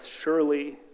surely